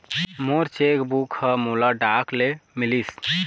मोर cheque book ह मोला डाक ले मिलिस